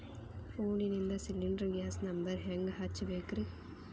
ಫೋನಿಂದ cylinder gas number ಹೆಂಗ್ ಹಚ್ಚ ಬೇಕ್ರಿ?